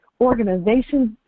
organizations